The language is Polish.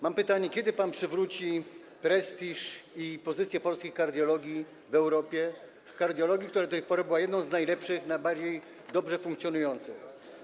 Mam pytanie: Kiedy pan przywróci prestiż i pozycję polskiej kardiologii w Europie, kardiologii, która do tej pory była jedną z najlepszych, najlepiej funkcjonujących?